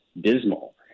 dismal